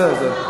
בסדר.